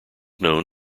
known